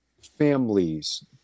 families